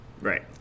Right